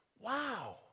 wow